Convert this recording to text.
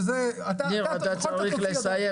אתה יכול --- ניר, אתה צריך לסיים.